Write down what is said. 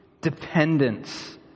Dependence